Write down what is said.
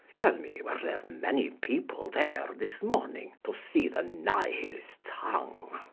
tell me were there many people there this morning to see the nihilists hung?